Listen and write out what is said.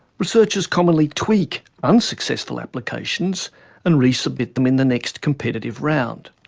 researchers commonly tweak unsuccessful applications and resubmit them in the next competitive round.